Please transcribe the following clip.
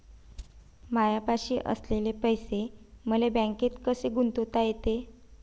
मायापाशी असलेले पैसे मले बँकेत कसे गुंतोता येते?